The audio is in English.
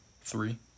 three